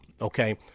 Okay